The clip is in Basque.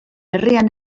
herrian